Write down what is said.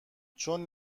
چون